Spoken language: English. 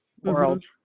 world